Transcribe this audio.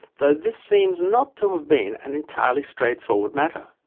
though this seems not to have been an entirely straightforward matter.